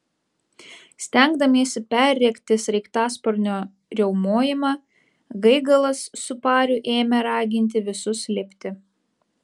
stengdamiesi perrėkti sraigtasparnio riaumojimą gaigalas su pariu ėmė raginti visus lipti